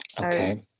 Okay